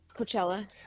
Coachella